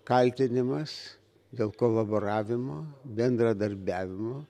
kaltinimas dėl kolaboravimo bendradarbiavimo